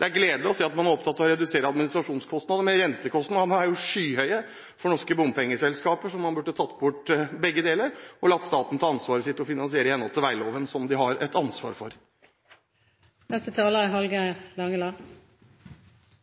Det er gledelig å se at man er opptatt av å redusere administrasjonskostnadene, men rentekostnadene er jo skyhøye for norske bompengeselskaper, så man burde tatt bort begge deler og latt staten ta ansvaret sitt og finansiere iht. veiloven som de har et ansvar